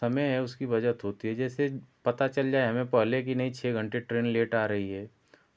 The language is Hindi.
समय है उसकी बचत होती है जैसे पता चल जाए हमें पहले कि नही छः घंटे ट्रेन लेट आ रही है